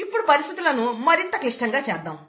ఇప్పుడు పరిస్థితులను మరింత క్లిష్టంగా చేద్దాం